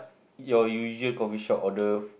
your usual coffee shop order